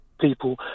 people